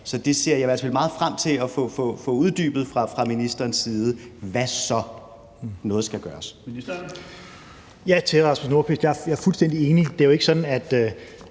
tilfælde meget frem til at få uddybet fra ministerens side: Hvad så? Noget skal der gøres.